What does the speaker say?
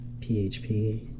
PHP